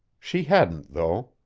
she hadn't, though.